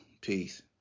Peace